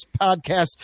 Podcast